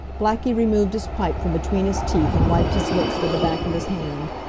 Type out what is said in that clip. blackie removed his pipe from between his teeth and wiped his lips with the back of his hand.